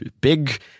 big